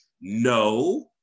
no